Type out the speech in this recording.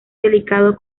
delicado